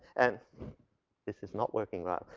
and this is not working right.